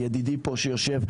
ידידי פה שיושב,